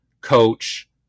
coach